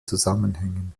zusammenhängen